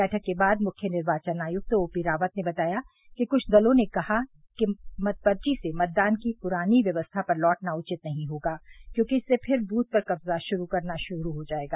बैठक के बाद मुख्य निर्वाचन आयुक्त ओ पी रावत ने बताया कि कुछ दलों ने कहा कि मतपर्ची से मतदान की पुरानी व्यवस्था पर लौटना उचित नहीं होगा क्योंकि इसर्स फिर बूथ पर कब्जा करना शुरू हो जाएगा